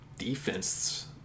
defense